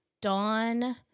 Dawn